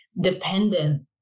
dependent